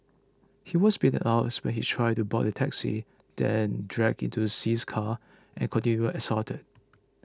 he was beaten up when he tried to board the taxi then dragged into See's car and continually assaulted